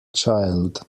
child